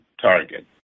target